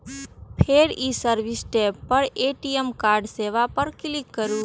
फेर ई service tab पर ए.टी.एम कार्ड सेवा पर क्लिक करू